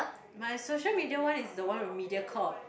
my social media one is the one with Mediacorp